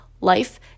life